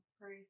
pray